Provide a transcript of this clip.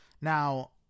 Now